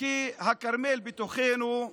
כי הכרמל בתוכנו,